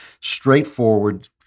straightforward